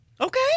Okay